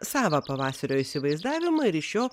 savą pavasario įsivaizdavimą ir iš jo